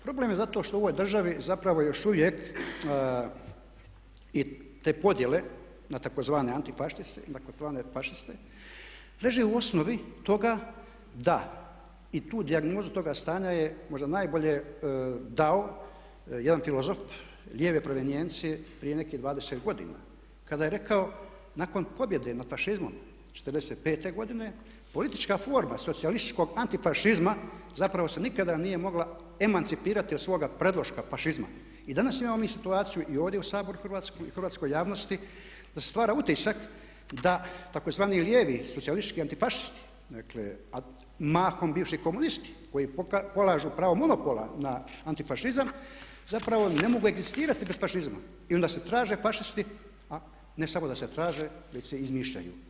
Problem je zato što u ovoj državi zapravo još uvijek i te podjele na tzv. Antifašiste leže u osnovi toga da i tu dijagnozu toga stanja je možda najbolje dao jedan filozof lijeve provenijencije prije nekih 20 godina kada je rekao nakon pobjede na fašizmom 45 godine politička forma socijalističkog antifašizma zapravo se nikada nije mogla emancipirati od svoga predloška fašizma i danas imamo mi situaciju i ovdje u Saboru hrvatskom, u Hrvatskoj javnosti da se stvara utisak da tzv. Lijevi socijalistički antifašisti, mahom bivši komunisti koji polažu pravo monopola na antifašizam zapravo ne mogu egzistirati bez fašizma il da se traže fašisti, ne samo da se traže već se izmišljaju.